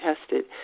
tested